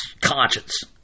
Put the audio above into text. conscience